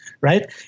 right